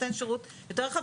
נותן שירות יותר רחב,